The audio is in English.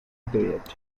period